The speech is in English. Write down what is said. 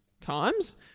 times